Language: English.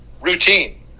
routine